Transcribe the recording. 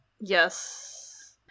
Yes